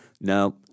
no